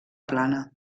plana